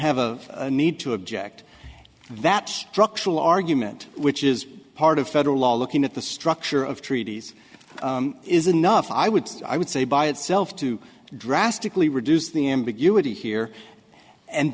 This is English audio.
have a need to object that structural argument which is part of federal law looking at the structure of treaties is enough i would i would say by itself to drastically reduce the ambiguity here and